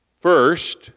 first